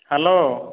hello